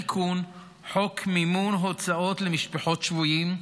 תיקון חוק מימון הוצאות למשפחות שבויים,